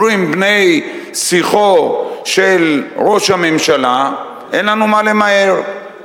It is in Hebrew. אומרים בני-שיחו של ראש הממשלה: אין לנו מה למהר,